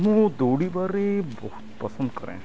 ମୁଁ ଦୌଡ଼ିବାରେ ବହୁତ ପସନ୍ଦ କରେ